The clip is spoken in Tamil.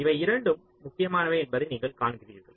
இவை இரண்டும் முக்கியமானவை என்பதை நீங்கள் காண்கிறீர்கள்